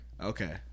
Okay